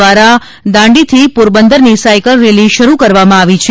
દ્વારા દાંડીથી પોરબંદરની સાયકલ રેલી શરૂ કરવામાં આવી છે